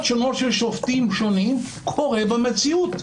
שונות של שופטים שונים קורה במציאות.